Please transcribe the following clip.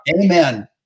Amen